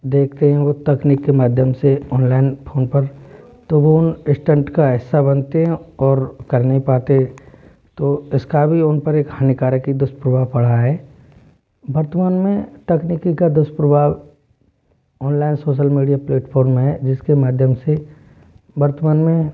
देखते है वो तकनीकी माध्यम से ऑनलाइन फ़ोन पर तो वो उन स्टंट का हिस्सा बनते है और कर नही पाते तो इसका भी उनपर एक हानिकारक दुष्प्रभाव पड़ा है वर्तमान में तकनीकी का दुष्प्रभाव ऑनलाइन सोशल मीडिया प्लेटफार्म है जिसके माध्यम से वर्तमान में